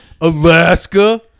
Alaska